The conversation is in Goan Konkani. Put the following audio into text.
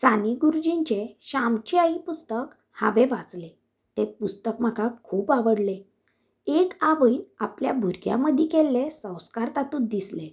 साने गुरुजींचें शामची आई पुस्तक हांवें वाचलें तें पुस्तक म्हाका खूब आवडलें एक आवय आपल्या भुरग्या मदीं केल्ले संस्कार तातूंत दिसलें